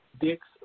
Dick's